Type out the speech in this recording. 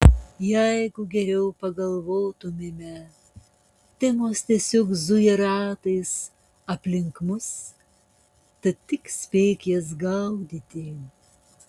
jeigu geriau pagalvotumėme temos tiesiog zuja ratais aplink mus tad tik spėk jas gaudyti